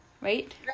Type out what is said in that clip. right